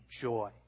joy